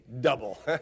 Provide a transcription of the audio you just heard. double